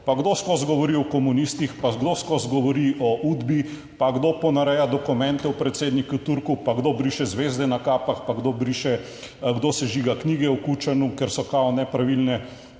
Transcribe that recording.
pa kdo skozi govori o komunistih, pa kdo skozi govori o Udbi, pa kdo ponareja dokumente o predsedniku Turku, pa kdo briše zvezde na kapah pa kdo briše, kdo sežiga knjige v Kučanu, ker so kao nepravilne,